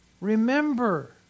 Remember